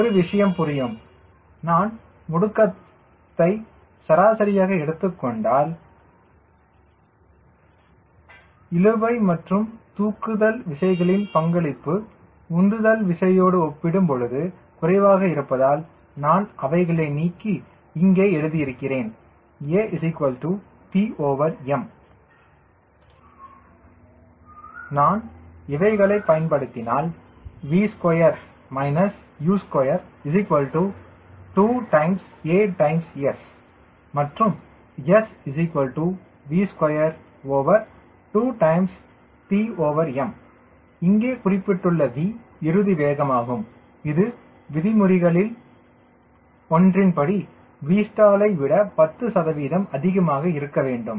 ஒரு விஷயம் புரியும் நான் முடுக்கத்தை சராசரியாக எடுத்துக்கொண்டால் இழுவை மற்றும் தூக்குதல் விசைகளின் பங்களிப்பு உந்துதல் விசையோடு ஒப்பிடும் பொழுது குறைவாக இருப்பதால் நான் அவைகளை நீக்கி இங்கே எழுதி இருக்கிறேன் aTm நான் இவைகளை பயன்படுத்தினால் V2 - U22as மற்றும் sV22Tm இங்கே குறிப்பிட்டுள்ள V இறுதி வேகமாகும் இது விதிமுறைகளில் ஒன்றின் படி Vstall விட 10 சதவீதம் அதிகமாக இருக்க வேண்டும்